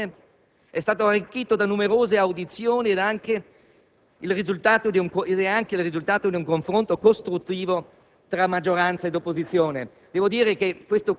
vorrei anche dire migliorato, in 7a Commissione, è stato arricchito da numerose audizioni ed è anche il risultato di un confronto costruttivo